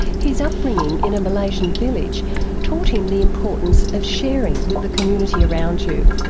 his upbringing in a malaysian village taught him the importance of sharing with the community around you.